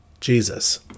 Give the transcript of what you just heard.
Jesus